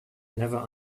never